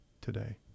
today